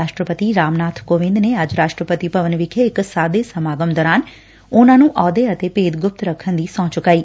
ਰਾਸ਼ਟਰਪਤੀ ਰਾਮ ਨਾਬ ਕੋਵਿੰਦ ਨੇ ਅੱਜ ਰਾਸ਼ਟਰਪਤੀ ਭਵਨ ਵਿਖੇ ਇਕ ਸਾਦੇ ਸਮਾਗਮ ਦੌਰਾਨ ਉਨ੍ਨਾਂ ਨੂੰ ਅਹੁੱਦੇ ਅਤੇ ਭੇਦ ਗੁਪਤ ਰੱਖਣ ਦੀ ਸਹੁੰ ਚੁੱਕਾਈ